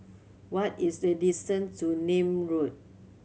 what is the distant to Nim Road